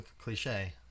cliche